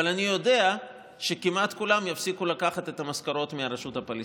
אבל אני יודע שכמעט כולם יפסיקו לקחת את המשכורות מהרשות הפלסטינית.